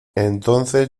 entonces